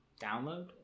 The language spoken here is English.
download